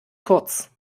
kurz